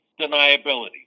deniability